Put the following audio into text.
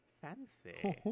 fancy